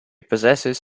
possesses